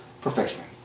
professionally